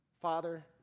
Father